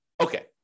Okay